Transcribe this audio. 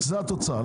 זו התוצאה.